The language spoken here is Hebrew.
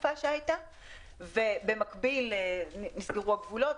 במקביל נסגרו הגבולות.